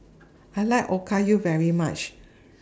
I like Okayu very much